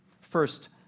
First